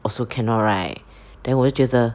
also cannot right then 我就觉得